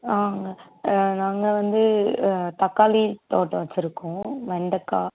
ஆங்க நாங்கள் வந்து தக்காளி தோட்டம் வச்சுருக்கோம் வெண்டக்காய்